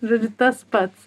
žodžiu tas pats